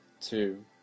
two